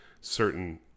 certain